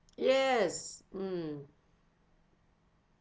yes mm